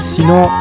Sinon